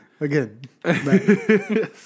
Again